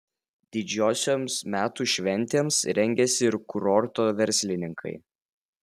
didžiosioms metų šventėms rengiasi ir kurorto verslininkai